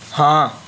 ਹਾਂ